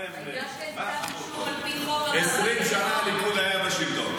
20 שנה הליכוד היה בשלטון.